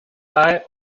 eye